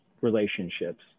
relationships